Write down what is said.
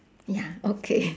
ya okay